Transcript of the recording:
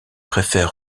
préfère